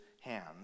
hands